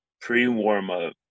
pre-warm-up